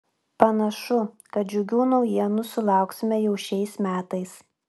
panašu kad džiugių naujienų sulauksime jau šiais metais